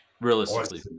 Realistically